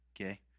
okay